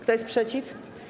Kto jest przeciw?